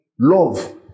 love